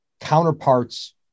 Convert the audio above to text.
counterparts